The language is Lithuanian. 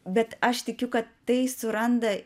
bet aš tikiu kad tai suranda